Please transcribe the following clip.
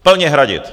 Plně hradit.